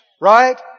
right